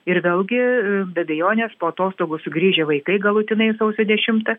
ir vėlgi be abejonės po atostogų sugrįžę vaikai galutinai sausio dešimtą